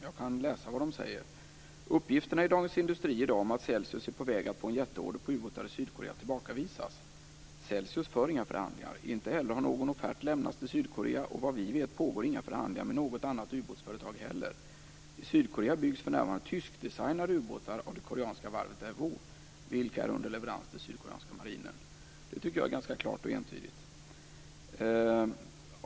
Jag kan läsa vad de säger: "Uppgifterna i Dagens Industri idag om att Celsius är på väg att få en jätteorder på ubåtar i Sydkorea tillbakavisas. Celsius för inga förhandlingar. Inte heller har någon offert lämnats till Sydkorea och vad vi vet pågår inga förhandlingar med något annat ubåtsföretag heller. I Sydkorea byggs för närvarande tyskdesignade ubåtar av det koreanska varvet Daewoo, vilka är under leverans till sydkoreanska marinen." Det tycker jag är ganska klart och entydigt.